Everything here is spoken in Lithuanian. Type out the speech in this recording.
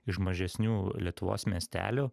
iš mažesnių lietuvos miestelių